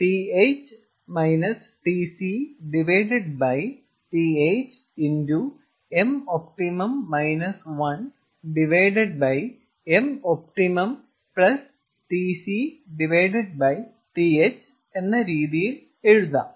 mopt 1 mopt TC TH എന്ന രീതിയിൽ എഴുതാം